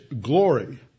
glory